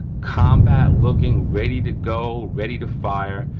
combat looking, ready to go, ready to fire,